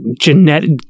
genetic